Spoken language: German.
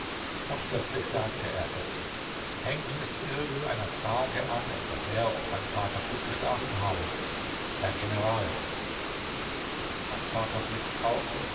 und plötzlich sagt er es hängt es irgend einer frage an etwa der ob mein vater gut geschlafen habe herr general mein vater blickt auf